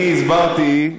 אני הסברתי,